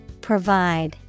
provide